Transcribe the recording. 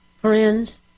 friends